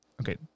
Okay